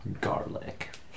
Garlic